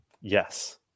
Yes